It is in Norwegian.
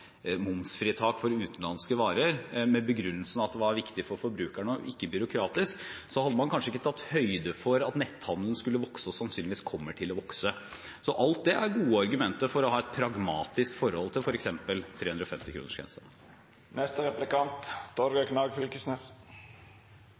momsfritak for utenlandske varer, med begrunnelsen at det var viktig for forbrukerne og ikke byråkratisk – hadde man kanskje ikke tatt høyde for at netthandelen skulle vokse og sannsynligvis kommer til å vokse. Alt det er gode argumenter for å ha et pragmatisk forhold til